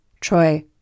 Troy